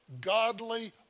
godly